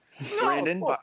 Brandon